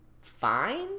fine